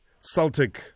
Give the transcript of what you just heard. Celtic